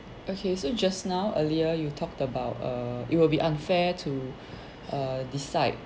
okay so just now earlier you talked about err it would be unfair to err decide